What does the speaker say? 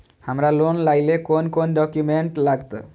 हमरा लोन लाइले कोन कोन डॉक्यूमेंट लागत?